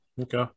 Okay